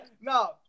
No